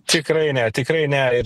tikrai ne tikrai ne ir